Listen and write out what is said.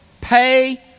Pay